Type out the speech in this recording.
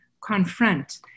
confront